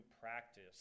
practice